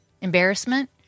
embarrassment